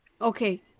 Okay